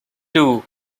two